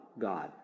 God